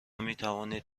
میتوانید